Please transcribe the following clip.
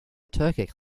turkic